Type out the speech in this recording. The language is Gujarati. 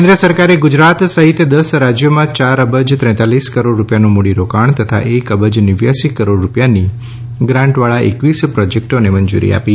કેન્મ સરકારે ગુજરાત સહિત દશ રાજયોમાં ચાર અબજ ત્રેતાલીસ કરોડ રૂપિયાનું મૂડીરોકાણ તથા એક અબજ નેવ્યાંસી કરોડ રૂપિયાની ગ્રાન્ટવાળા એકવીસ પ્રોજેક્ટોને મંજૂરી આપી